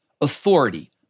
authority